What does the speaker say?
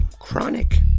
chronic